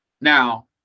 now